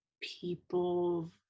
people